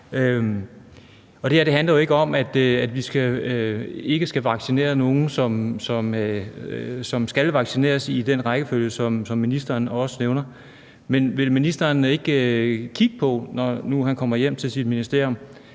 her handler jo ikke om, at vi skal ikke skal vaccinere nogen, som skal vaccineres i den rækkefølge, som ministeren også nævner, men vil ministeren ikke, når nu han kommer hjem til sit ministerium,